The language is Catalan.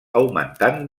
augmentant